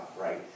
right